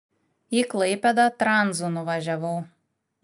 į klaipėdą tranzu nuvažiavau